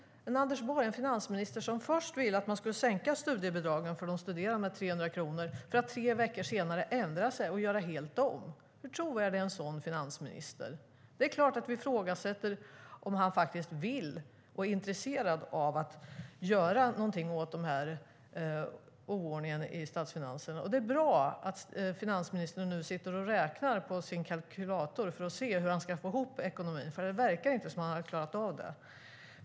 En finansminister som först ville att man skulle sänka studiebidragen för de studerande med 300 kronor för att tre veckor senare ändra sig och göra helt om - hur trovärdig är en sådan finansminister? Det är klart att vi ifrågasätter om han faktiskt vill och är intresserad av att göra någonting åt denna oordning i statsfinanserna. Det är bra att finansministern nu sitter och räknar på sin kalkylator här i kammaren för att se hur han ska få ihop ekonomin, för det verkar inte som att han har klarat av det.